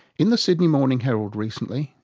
in the sydney morning herald recently,